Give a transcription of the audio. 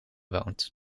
woont